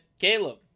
Caleb